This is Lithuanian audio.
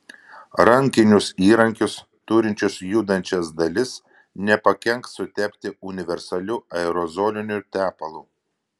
rankinius įrankius turinčius judančias dalis nepakenks sutepti universaliu aerozoliniu tepalu